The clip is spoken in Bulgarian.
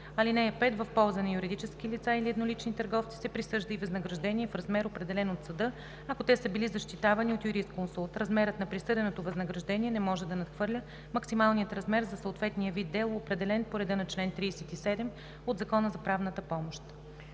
(5) В полза на юридически лица или еднолични търговци се присъжда и възнаграждение в размер, определен от съда, ако те са били защитавани от юрисконсулт. Размерът на присъденото възнаграждение не може да надхвърля максималния размер за съответния вид дело, определен по реда на чл. 37 от Закона за правната помощ.“